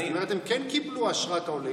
זאת אומרת, הם כן קיבלו אשרת עולה.